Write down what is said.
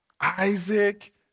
Isaac